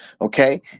okay